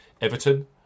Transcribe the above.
Everton